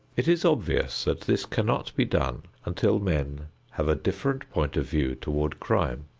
it is obvious that this cannot be done until men have a different point of view toward crime.